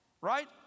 Right